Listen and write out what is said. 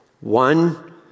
One